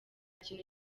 kintu